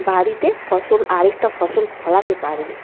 বাড়িতে ফসল আরেকটা ফসল ফলাতে পারবে